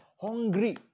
hungry